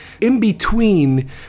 in-between